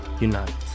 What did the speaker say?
unite